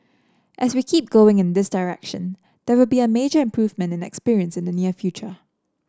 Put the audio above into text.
as we keep going in this direction there will be a major improvement in experience in the near future